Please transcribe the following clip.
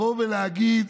להגיד: